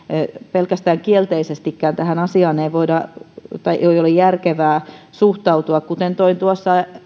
pelkästään kielteisestikään tähän asiaan ei ole järkevää suhtautua kuten toin tuossa